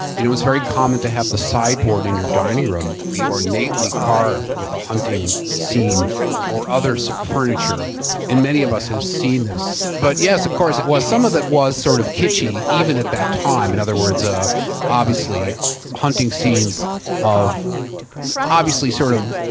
it it was very common to have the sideboard in your dining room, you ornately carved with a hunting scene or other so furniture many of us have seen this, but yes, of course, it was. some of that was sort of kitschy even at that time, in other words ah obviously hunting scenes of obviously sort of